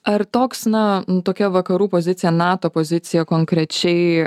ar toks na tokia vakarų pozicija nato pozicija konkrečiai